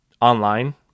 online